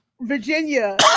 virginia